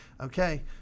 okay